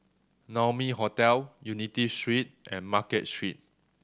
Naumi Hotel Unity Street and Market Street